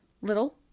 little